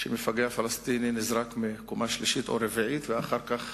שמפגע פלסטיני נזרק מהקומה השלישית או הרביעית ואחר כך